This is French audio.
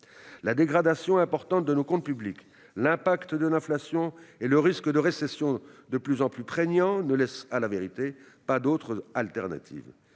La dégradation importante de nos comptes publics, l'impact de l'inflation et le risque de récession, de plus en plus prégnant, ne laissaient, à la vérité, pas d'alternative.